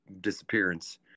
disappearance